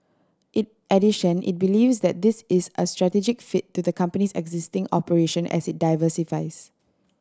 in addition it believes that this is a strategic fit to the company's existing operation as it diversifies